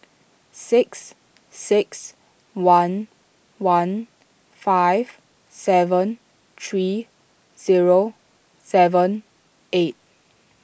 six six one one five seven three zero seven eight